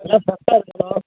sir ஃப்ரெஸ்ஸாக இருக்குமா